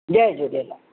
Jay Jhulelal